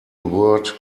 word